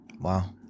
Wow